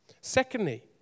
Secondly